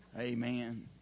Amen